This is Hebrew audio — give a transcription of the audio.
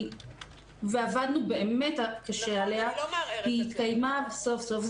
ועבדנו באמת קשה עליה התקיימה סוף סוף.